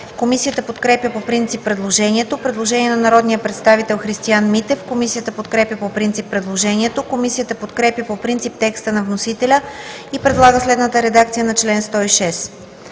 Комисията подкрепя по принцип предложението. Предложение на народния представител Христиан Митев. Комисията подкрепя по принцип предложението. Комисията подкрепя по принцип текста на вносителя и предлага следната редакция на чл. 106: